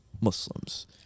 Muslims